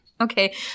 Okay